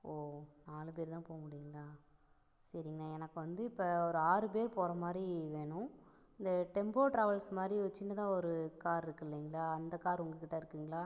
ஒ நாலு பேர் தான் போக முடியுங்களா சரிங்கண்ணா எனக்கு வந்து இப்போ ஒரு ஆறு பேர் போகிற மாதிரி வேணும் இந்த டெம்போ ட்ராவல்ஸ் மாதிரி ஒரு சின்னதாக ஒரு கார் இருக்குல்லிங்களா அந்த கார் உங்கக்கிட்டே இருக்குங்களா